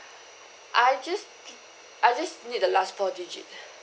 I just I just need the last four digit